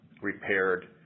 repaired